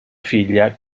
figlia